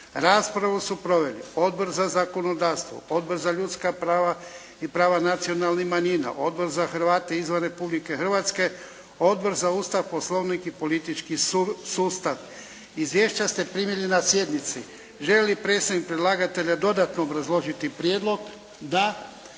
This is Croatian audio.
Raspravu su proveli Odbor za zakonodavstvo, Odbor za ljudska prava i prava nacionalnih manjina, Odbor za Hrvate izvan Republike Hrvatske, Odbor za Ustav, Poslovnik i politički sustav. Izvješća ste primili na sjednici. Želi li predstavnik predlagatelja dodatno obrazložiti prijedlog? Da.